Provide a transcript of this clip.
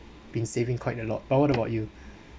been saving quite a lot but what about you